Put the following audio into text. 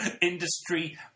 Industry